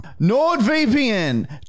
NordVPN